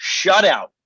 shutout